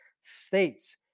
states